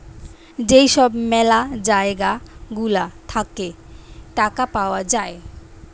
যেই সব ম্যালা জায়গা গুলা থাকে টাকা পাওয়া যায়